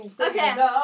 Okay